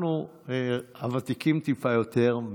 הוותיקים טיפה יותר,